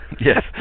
Yes